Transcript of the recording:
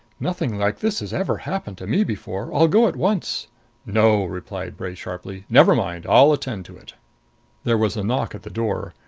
nothing like this has ever happened to me before. i'll go at once no, replied bray sharply. never mind. i'll attend to it there was a knock at the door.